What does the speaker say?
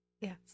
yes